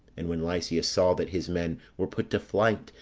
and when lysias saw that his men were put to flight,